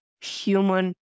human